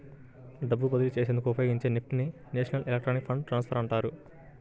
డబ్బు బదిలీ చేసేందుకు ఉపయోగించే నెఫ్ట్ ని నేషనల్ ఎలక్ట్రానిక్ ఫండ్ ట్రాన్స్ఫర్ అంటారు